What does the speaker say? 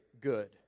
good